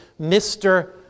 Mr